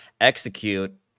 execute